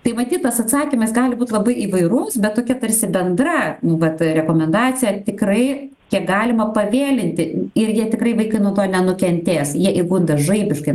tai matyt tas atsakymas gali būt labai įvairus bet tokia tarsi bendra nu vat rekomendacija tikrai kiek galima pavėlinti ir jie tikrai vaikai nuo to nenukentės jie įgunda žaibiškai